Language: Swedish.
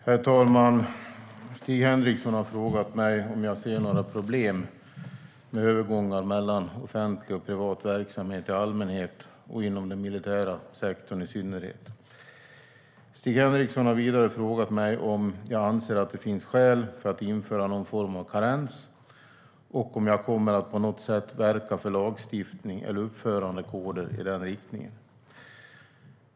Herr talman! Stig Henriksson har frågat mig om jag ser några problem med övergångar mellan offentlig och privat verksamhet i allmänhet och inom den militära sektorn i synnerhet. Stig Henriksson har vidare frågat mig om jag anser att det finns skäl för att införa någon form av karens och om jag kommer att på något sätt verka för lagstiftning eller uppförandekoder i den riktningen.